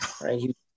right